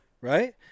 Right